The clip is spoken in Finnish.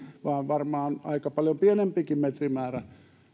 vaan varmaan aika paljon pienempikin metrimäärä